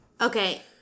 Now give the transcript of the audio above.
Okay